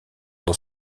dans